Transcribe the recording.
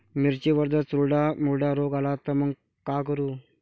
मिर्चीवर जर चुर्डा मुर्डा रोग आला त मंग का करू?